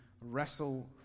wrestle